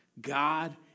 God